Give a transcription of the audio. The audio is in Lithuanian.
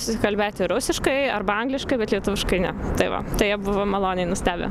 susikalbėti rusiškai arba angliškai bet lietuviškai ne tai va tai jie buvo maloniai nustebę